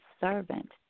servant